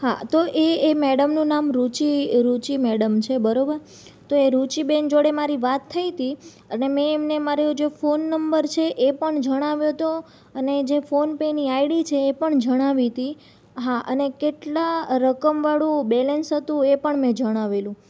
હા તો એ એ મેડમનું નામ રુચિ રુચિ મેડમ છે બરાબર તો એ રુચિબેન જોડે મારી વાત થઈ તી અને મેં એમને મારું જે ફોન નંબર છે એ પણ જણાવ્યો તો અને જે ફોનપેની આઈડી છે એ પણ જણાવી તી હા અને કેટલાં રકમવાળું બેલેન્સ હતું એ પણ મેં જણાવેલું